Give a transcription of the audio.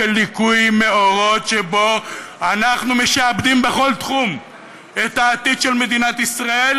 של ליקוי מאורות שבו אנחנו משעבדים בכל תחום את העתיד של מדינת ישראל,